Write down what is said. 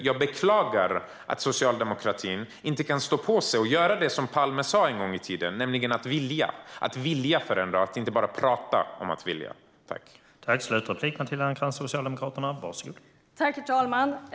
Jag beklagar att socialdemokratin inte kan stå på sig och göra det som Palme sa en gång i tiden, nämligen att vilja förändra och inte bara prata om att vilja förändra.